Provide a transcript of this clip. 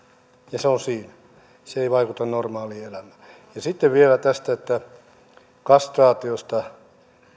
ja se on siinä se ei vaikuta normaaliin elämään ja sitten vielä tästä kastraatiosta